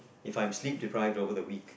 If I am sleep deprived over the week